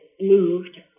moved